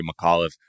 McAuliffe